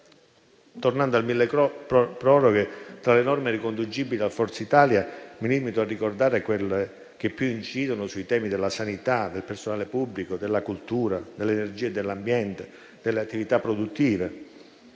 Tornando al milleproroghe, tra le norme riconducibili all'iniziativa di Forza Italia mi limito a ricordare quelle che più incidono sui temi della sanità, del personale pubblico, della cultura, dell'energia, dell'ambiente e delle attività produttive.